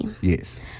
yes